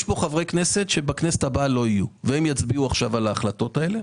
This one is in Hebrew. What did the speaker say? יש פה חברי כנסת שלא יהיו בכנסת הבאה והם יצביעו עכשיו על ההחלטות האלה,